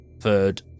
third